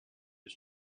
his